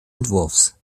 entwurfs